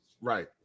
Right